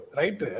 right